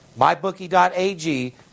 MyBookie.ag